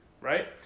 right